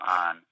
on